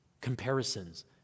comparisons